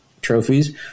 trophies